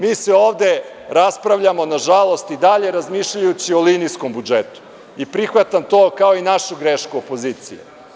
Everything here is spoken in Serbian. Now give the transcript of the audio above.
Mi se ovde raspravljamo, nažalost, i dalje razmišljujići o linijskom budžetu i prihvatam to kao i našu grešku opozicije.